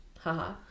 haha